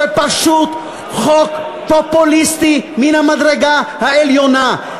זה פשוט חוק פופוליסטי מן המדרגה העליונה.